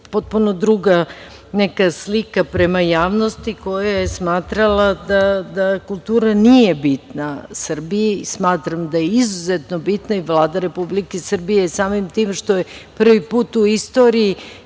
potpuno druga neka slika prema javnosti, koja je smatrala da kultura nije bitna Srbiji. Smatram da je izuzetno bitna i Vlada Republike Srbije je samim tim što je prvi put u istoriji